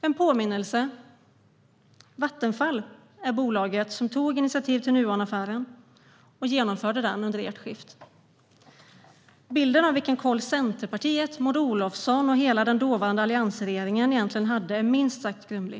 En påminnelse: Vattenfall är bolaget som tog initiativ till Nuonaffären och genomförde den under ert skift. Bilden av vilken koll Centerpartiet, Maud Olofsson och hela den dåvarande alliansregeringen egentligen hade är minst sagt grumlig.